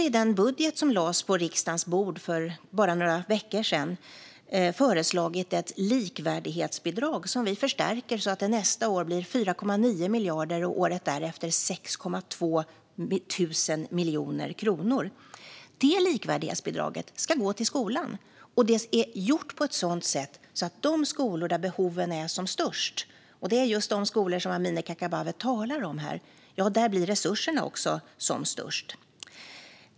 I den budget som lades på riksdagens bord för bara några veckor sedan föreslog vi också ett likvärdighetsbidrag, som vi förstärker så att det nästa år blir 4,9 miljarder och året därefter 6,2 miljarder kronor. Detta likvärdighetsbidrag ska gå till skolan, och det är utformat på ett sådant sätt att de skolor där behoven är som störst - och det gäller just de skolor som Amineh Kakabaveh talar om här - ska få de största resurserna.